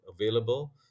available